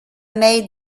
made